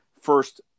first